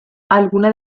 algunas